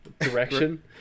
Direction